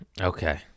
Okay